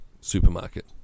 supermarket